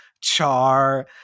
char